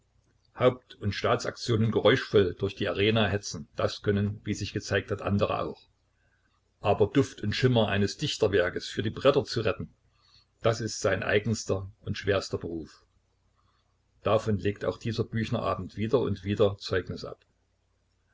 haupt und staatsaktionen geräuschvoll durch die arena hetzen das können wie sich gezeigt hat andere auch aber duft und schimmer eines dichterwerkes für die bretter zu retten das ist sein eigenster und schwerster beruf davon legt auch dieser büchner-abend wieder und wieder zeugnis ab